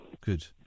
good